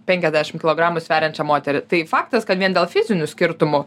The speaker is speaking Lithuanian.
penkiasdešim kilogramų sveriančią moterį tai faktas kad vien dėl fizinių skirtumų